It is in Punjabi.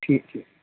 ਠੀਕ ਹੈ